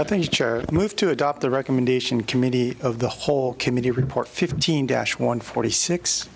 chair moved to adopt the recommendation committee of the whole committee report fifteen dash one forty six